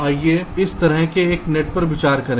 आइए इस तरह के एक नेट पर विचार करें